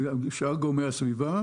ושאר גורמי הסביבה